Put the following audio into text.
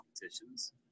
competitions